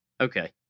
Okay